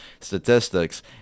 statistics